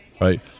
right